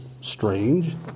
strange